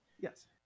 Yes